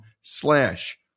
slash